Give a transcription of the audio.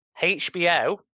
HBO